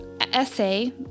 essay